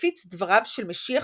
מפיץ דבריו של משיח